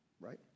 Right